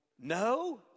no